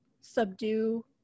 subdue